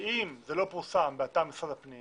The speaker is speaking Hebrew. שאם זה לא פורסם באתר משרד הפנים